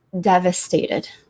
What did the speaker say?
devastated